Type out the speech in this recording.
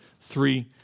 three